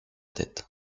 tête